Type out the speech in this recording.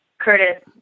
Curtis